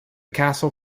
castle